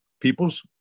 people's